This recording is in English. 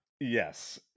Yes